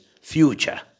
future